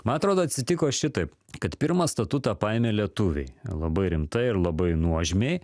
man atrodo atsitiko šitaip kad pirmą statutą paėmė lietuviai labai rimtai ir labai nuožmiai